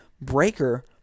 Breaker